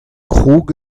krog